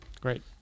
Great